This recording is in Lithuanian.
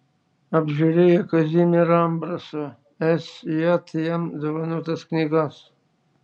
apžiūrėjo kazimiero ambraso sj jam dovanotas knygas